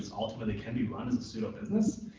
ultimately can be run as a pseudo business,